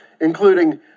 including